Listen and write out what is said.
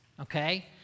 okay